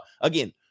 again